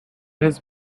his